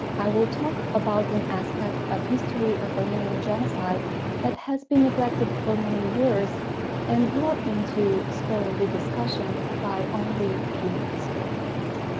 i will talk about an aspect of history of armenian genocide that has been neglected for many years and brought into scholarly discussion by only few historians